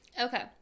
okay